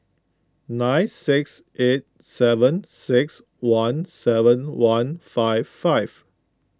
nine six eight seven six one seven one five five